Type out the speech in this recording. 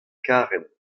karen